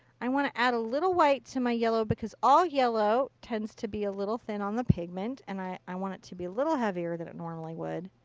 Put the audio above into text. i want to add a little white to my yellow because all yellow tends to be a little thin on the pigment. and i i want it to be a little heavier than it normally would.